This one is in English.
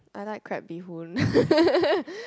I like crab bee-hoon